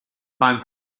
beim